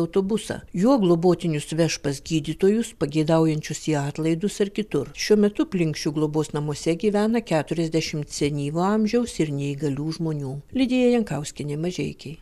autobusą juo globotinius veš pas gydytojus pageidaujančius į atlaidus ar kitur šiuo metu plinkšių globos namuose gyvena keturiasdešimt senyvo amžiaus ir neįgalių žmonių lidija jankauskienė mažeikiai